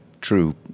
true